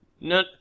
no